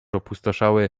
opustoszały